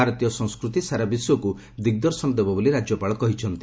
ଭାରତୀୟ ସଂସ୍କୃତି ସାରା ବିଶ୍ୱକ୍ ଦିଗ୍ଦର୍ଶନ ଦେବ ବୋଲି ରାଜ୍ୟପାଳ କହିଛନ୍ତି